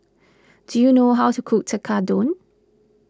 do you know how to cook Tekkadon